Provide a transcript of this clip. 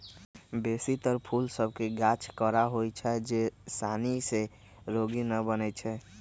बेशी तर फूल सभ के गाछ कड़ा होइ छै जे सानी से रोगी न बनै छइ